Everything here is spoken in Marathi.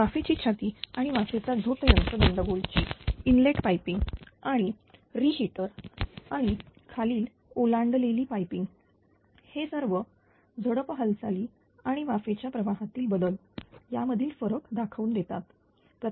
वाफेची छाती आणि वाफेच्या झोत यंत्र दंडगोल ची इनलेट पाइपिंग आणि री हिटर आणि खालील ओलांडलेली पाइपिंग हे सर्व झडप हलचाली आणि वाफेच्या प्रवाहातील बदल यामधील फरक दाखवून देतात